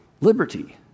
liberty